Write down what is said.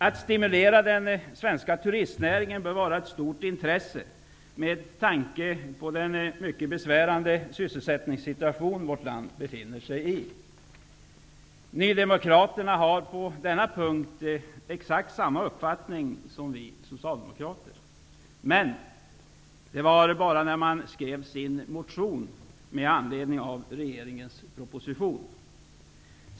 Att stimulera den svenska turistnäringen bör vara av stort intresse, med tanke på den mycket besvärande sysselsättningssituation som vårt land befinner sig i. Nydemokraterna har på denna punkt haft exakt samma uppfattning som vi socialdemokrater. Men så var det bara när man skrev sin motion med anledning av regeringens proposition.